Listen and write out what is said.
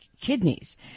kidneys